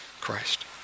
Christ